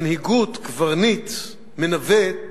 מנהיגות-קברניט-מנווט,